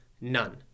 None